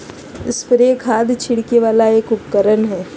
sprayer खाद छिड़के वाला एक उपकरण हय